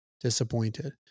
disappointed